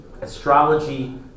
astrology